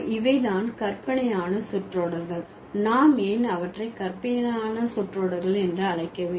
இவை தான் கற்பனையான சொற்றொடர்கள் நாம் ஏன் அவற்றை கற்பனையான சொற்றொடர்கள் என்று அழைக்க வேண்டும்